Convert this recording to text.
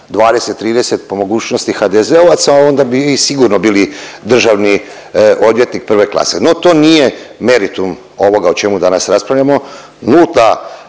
20-30 po mogućnosti HDZ-ovaca onda bi sigurno bili državni odvjetnik prve klase. No, to nije meritum ovoga o čemu danas raspravljamo.